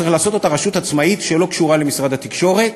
צריך לעשות אותה רשות עצמאית שלא קשורה למשרד התקשורת.